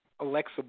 Alexa